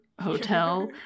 hotel